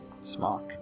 smart